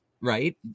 right